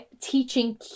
teaching